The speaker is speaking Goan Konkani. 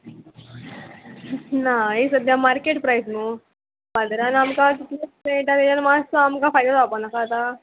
ना हे सद्यां मार्केट प्रायस न्हू बाजारान आमकां कितलेच मेळटा तेजेर मातसो आमकां फायदो जावपा नाका आतां